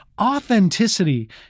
Authenticity